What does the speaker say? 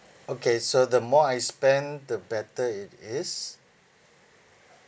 okay so the more I spend the better it is